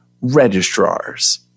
registrars